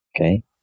Okay